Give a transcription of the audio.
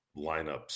lineups